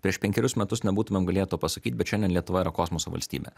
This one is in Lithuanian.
prieš penkerius metus nebūtumėm galėję to pasakyt bet šiandien lietuva yra kosmoso valstybė